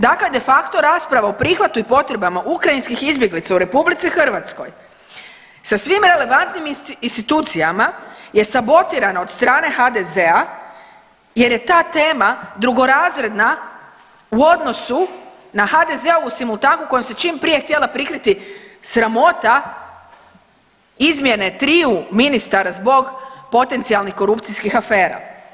Dakle, de facto rasprava o prihvatu i potrebama ukrajinskih izbjeglica u RH sa svim relevantnim institucijama je sabotirana od strane HDZ-a jer je ta tema drugorazredna u odnosu na HDZ-ovu simultanku kojom se čim prije htjela prikriti sramota izmjene triju ministara zbog potencijalnih korupcijskih afera.